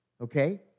Okay